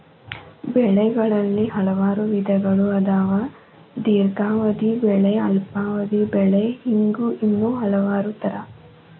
ಬೆಳೆಗಳಲ್ಲಿ ಹಲವಾರು ವಿಧಗಳು ಅದಾವ ದೇರ್ಘಾವಧಿ ಬೆಳೆ ಅಲ್ಪಾವಧಿ ಬೆಳೆ ಹಿಂಗ ಇನ್ನೂ ಹಲವಾರ ತರಾ